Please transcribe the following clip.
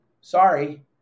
Sorry